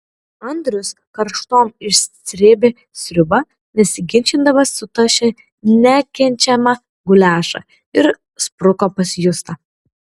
andrius karštom išsrėbė sriubą nesiginčydamas sutašė nekenčiamą guliašą ir spruko pas justą